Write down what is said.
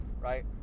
right